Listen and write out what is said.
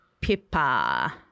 Pippa